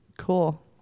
cool